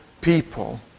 people